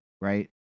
right